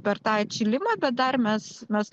per tą atšilimą bet dar mes mes